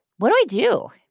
what do i do?